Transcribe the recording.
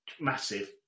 massive